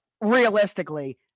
realistically